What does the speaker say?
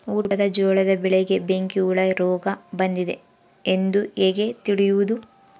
ಊಟದ ಜೋಳದ ಬೆಳೆಗೆ ಬೆಂಕಿ ಹುಳ ರೋಗ ಬಂದಿದೆ ಎಂದು ಹೇಗೆ ತಿಳಿಯುವುದು?